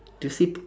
to